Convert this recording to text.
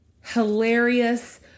hilarious